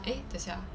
eh 等下